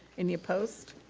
any opposed?